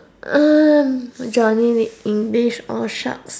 um Johnny English or sharks